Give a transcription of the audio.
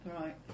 Right